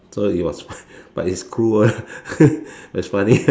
so it was but it's cruel but it's funny